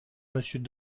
monsieur